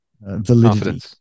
validity